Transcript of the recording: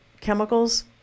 chemicals